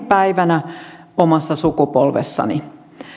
päivänä omassa sukupolvessani